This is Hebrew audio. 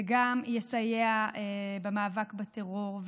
זה גם יסייע במאבק בטרור,